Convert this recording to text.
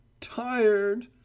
tired